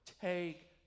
take